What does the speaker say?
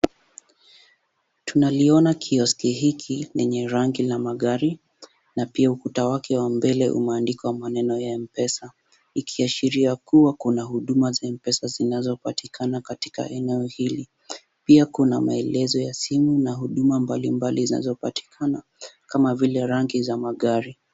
Tunaliona kioski hiki lenye rangi la magari na pia ukuta wake wa mbele umeandikwa maneno ya M-Pesa ikiashiria kuwa kuna huduma za M-Pesa zinazopatikana katika eneo hili. Pia kuna maelezo ya simu na huduma mbalimbali zinazopatikana kama vile rangi za magari.